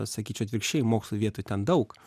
sakyčiau atvirkščiai moksluj vietoj ten daug